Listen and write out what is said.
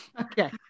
okay